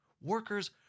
Workers